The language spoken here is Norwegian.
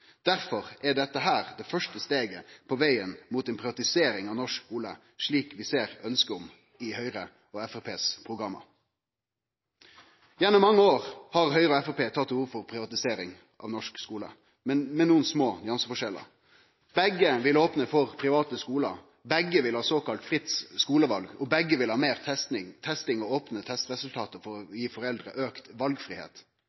Derfor er dette det første steget på vegen mot ei privatisering av norsk skule, slik vi ser ønske om i Høgre og Framstegspartiet sine program. Gjennom mange år har Høgre og Framstegspartiet tatt til orde for ei privatisering av norsk skule, med nokre små nyanseforskjellar. Begge vil opne for private skular, begge vil ha såkalla fritt skuleval, og begge vil ha meir testing og opne testresultat for